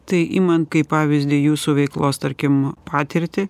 tai iman kaip pavyzdį jūsų veiklos tarkim patirtį